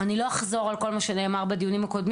אני לא אחזור על כל מה שנאמר בדיונים הקודמים,